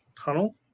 tunnel